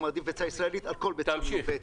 הוא מעדיף ביצה ישראלית על כל ביצה מיובאת.